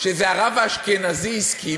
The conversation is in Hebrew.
שהרב האשכנזי הסכים,